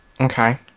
Okay